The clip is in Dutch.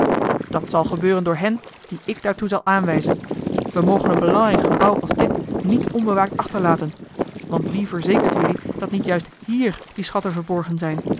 dat zal gebeuren door hen die ik daartoe zal aanwijzen wij mogen een belangrijk gebouw als dit niet onbewaakt achterlaten want wie verzekert jelui dat niet juist hier die schatten verborgen zijn